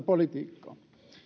politiikkaa